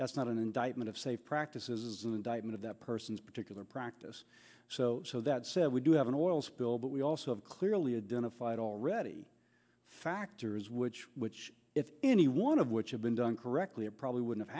that's not an indictment of safe practices as an indictment of that person's particular practice so so that said we do have an oil spill but we also have clearly identified already factors which which if any one of which have been done correctly or probably would have